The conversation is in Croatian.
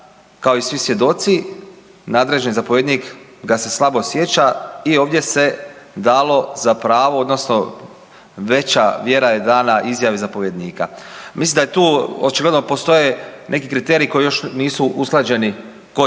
kao i svi svjedoci nadređeni zapovjednik ga se slabo sjeća i ovdje se dalo za pravo odnosno veća vjera je dana izjavi zapovjednika. Mislim da je tu očigledno postoje neki kriteriji koji još nisu usklađeni kod